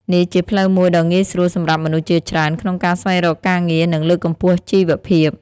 នេះជាផ្លូវមួយដ៏ងាយស្រួលសម្រាប់មនុស្សជាច្រើនក្នុងការស្វែងរកការងារ និងលើកកម្ពស់ជីវភាព។